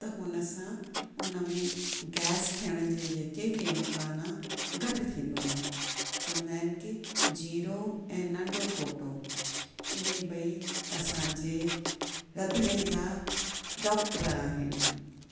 हुन सां हुन में गैस थियण जे जेके बि इमकानु आहे घटि थींदो आहे चवंदा आहिनि कि जीरो ऐं नन्ढो फोटो इहे ॿई असांजे रंधिणे जा डॉक्टर आहिनि